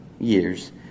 Years